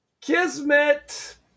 Kismet